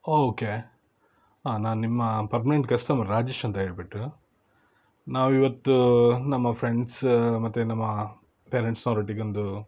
okay ನಾನು ನಿಮ್ಮ permanent customer Rajesh ಅಂತ ಹೇಳಿಬಿಟ್ಟು ನಾವು ಇವತ್ತು ನಮ್ಮ ಫ್ರೆಂಡ್ಸ ಮತ್ತು ನಮ್ಮ ಪೇರೆಂಟ್ಸ್ನವರೊಟ್ಟಿಗೊಂದು